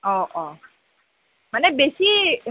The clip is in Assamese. অঁ অঁ মানে বেছি